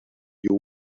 you